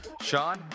Sean